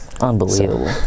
unbelievable